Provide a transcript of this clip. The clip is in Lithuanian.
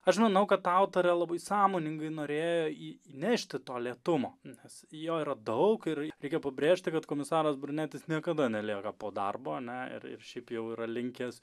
aš manau kad autorė labai sąmoningai norėjo įnešti to lėtumo nes jo yra daug ir reikia pabrėžti kad komisaras brunetis niekada nelieka po darbo na ir ir šiaip jau yra linkęs